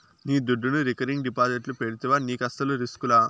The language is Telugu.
నీ దుడ్డును రికరింగ్ డిపాజిట్లు పెడితివా నీకస్సలు రిస్కులా